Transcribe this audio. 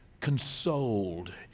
consoled